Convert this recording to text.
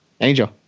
Angel